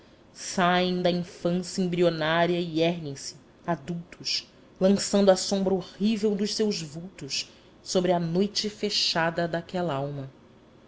saem da infância embrionária e erguem-se adultos lançando a sombra horrível dos seus vultos sobre a noite fechada daquela alma